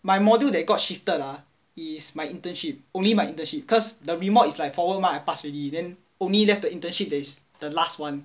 my module that got shifted ah is my internship only my internship because the remod is like foward mah I pass already then only left the internship that is the last [one]